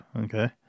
okay